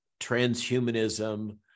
transhumanism